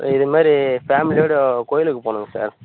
இது மாதிரி ஃபேமிலியோட கோவிலுக்கு போகணுங்க சார்